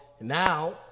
now